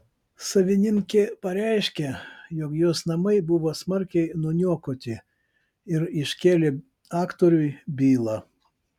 savininkė pareiškė jog jos namai buvo smarkiai nuniokoti ir iškėlė aktoriui bylą